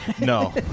No